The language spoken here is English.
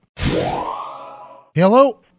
hello